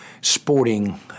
sporting